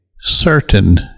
certain